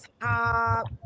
top